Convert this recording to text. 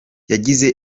yagize